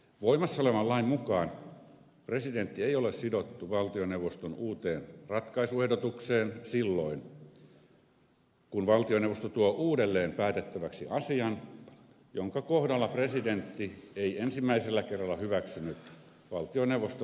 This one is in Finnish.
voimassa olevan lain mukaan presidentti ei ole sidoksissa valtioneuvoston uuteen ratkaisuehdotukseen silloin kun valtioneuvosto tuo uudelleen päätettäväksi asian jonka kohdalla presidentti ei ensimmäisellä kerralla hyväksynyt valtioneuvoston ratkaisuehdotusta